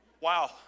Wow